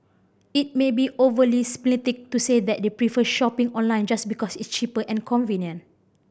it may be overly simplistic to say that they prefer shopping online just because it's cheaper and convenient